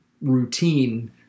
routine